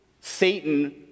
Satan